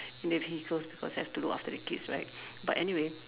in the vehicles because I have to look after the kids right but anyway